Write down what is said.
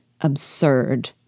absurd